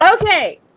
Okay